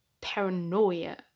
paranoia